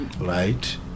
Right